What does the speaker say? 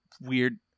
weird